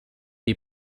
die